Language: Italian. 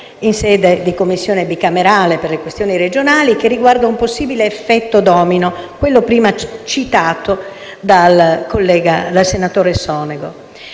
in sede della Commissione bicamerale per le questioni regionali che riguarda un possibile effetto domino, quello prima citato dal senatore Sonego: